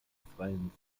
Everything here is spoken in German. freien